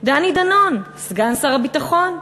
דני דנון, סגן שר הביטחון: